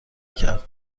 کرد